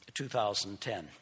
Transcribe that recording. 2010